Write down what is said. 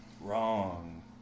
Wrong